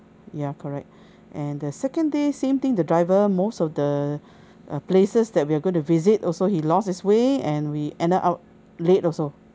ya correct and the second day same thing the driver most of the uh places that we are going to visit also he lost his way and we ended up late also